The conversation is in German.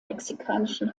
mexikanischen